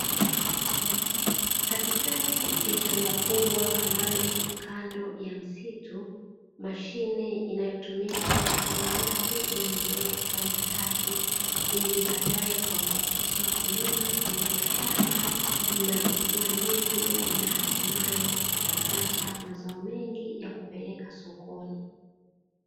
Katikati ya shamba kubwa ambalo liko kando ya msitu, mashine inayotumika kukatia nyasi inaendelea kufanya kazi ili baadaye kuwapa fursa wakulima kulima shamba, na kusia mbegu na hatimaye kupata mazao mengi ya kupeleka sokoni.